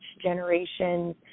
generation's